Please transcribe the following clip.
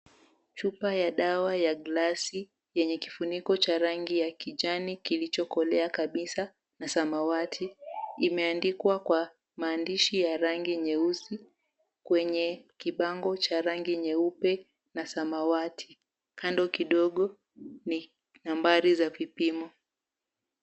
Chupa ya dawa ya glasi yenye kifuniko cha rangi ya kijani kilichokolea kabisa na samawati, imeandikwa kwa maandishi ya rangi nyeusi kwenye kibango cha rangi nyeupe na samawati. Kando kidogo ni nambari za vipimo.